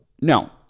No